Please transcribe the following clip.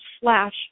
slash